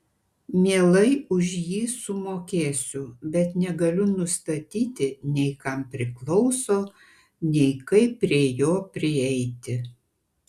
mielai už jį sumokėsiu bet negaliu nustatyti nei kam priklauso nei kaip prie jo prieiti